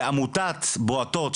בעמותת בועטות,